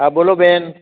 હાં બોલો બેન